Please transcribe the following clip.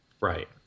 Right